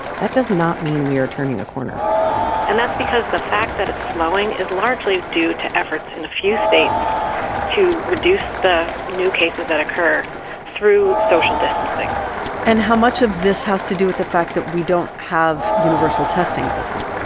that does not mean we are turning a corner and that's because the fact that it's slowing is largely due to efforts in a few states to reduce the new cases that occur through social distancing distancing and how much of this has to do with the fact that we don't have universal testing at this point?